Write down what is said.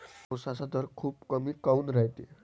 उसाचा दर खूप कमी काऊन रायते?